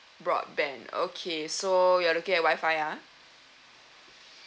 broadband okay so you're looking at wifi ah